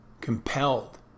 compelled